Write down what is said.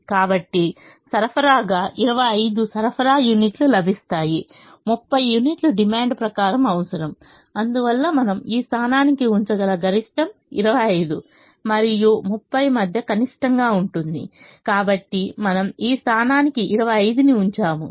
కాబట్టిసరఫరాగా 25 సరఫరా యూనిట్లు లభిస్తాయి 30 యూనిట్లు డిమాండ్ ప్రకారం అవసరం అందువల్ల మనము ఈ స్థానానికి ఉంచగల గరిష్టం 25 మరియు 30 మధ్య కనిష్టంగా ఉంటుంది కాబట్టి మనము ఈ స్థానానికి 25 ని ఉంచాము